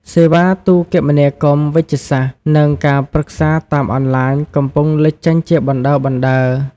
សេវាទូរគមនាគមន៍វេជ្ជសាស្ត្រ និងការប្រឹក្សាតាមអនឡាញ កំពុងលេចចេញជាបណ្តើរៗ។